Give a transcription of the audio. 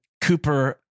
Cooper